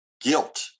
guilt